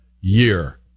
year